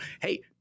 Hey